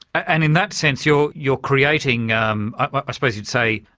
and in that sense, you're you're creating um i suppose you'd say,